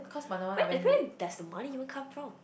what different does the money even come from